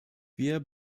wir